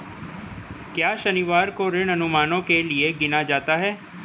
क्या शनिवार को ऋण अनुमानों के लिए गिना जाता है?